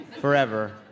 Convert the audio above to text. Forever